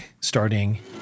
starting